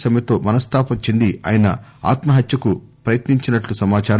సమ్మెతో మనస్లాపం చెంది ఆయన ఆత్మహత్యకు ప్రయత్ని ంచినట్లు సమాచారం